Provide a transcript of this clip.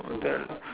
the